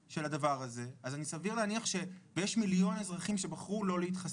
יש מיליון אזרחים שבחרו לא להתחסן,